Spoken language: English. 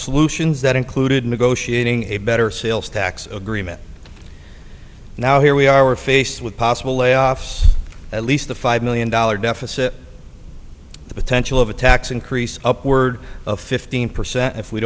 solutions that included negotiating a better sales tax agreement now here we are faced with possible layoffs at least the five million dollars deficit the potential of a tax increase upwards of fifteen percent if we